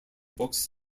books